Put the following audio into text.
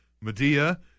medea